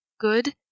Good